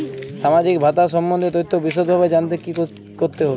সামাজিক ভাতা সম্বন্ধীয় তথ্য বিষদভাবে জানতে কী করতে হবে?